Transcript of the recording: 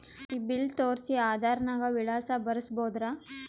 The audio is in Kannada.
ಈ ಬಿಲ್ ತೋಸ್ರಿ ಆಧಾರ ನಾಗ ವಿಳಾಸ ಬರಸಬೋದರ?